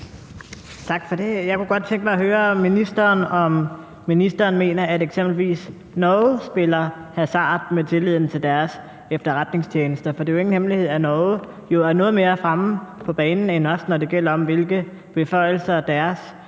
Tak for det. Jeg kunne godt tænke mig at høre ministeren, om ministeren mener, at eksempelvis Norge spiller hasard med tilliden til deres efterretningstjenester, for det er jo ingen hemmelighed, at Norge er noget mere fremme på banen end os, når det gælder om, hvilke beføjelser deres